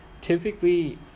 typically